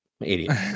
Idiot